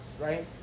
right